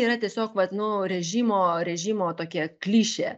yra tiesiog vat nu režimo režimo tokia klišė